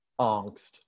angst